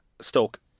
Stoke